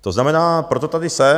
To znamená, proto tady jsem.